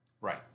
Right